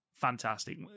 Fantastic